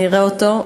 נראה אותו.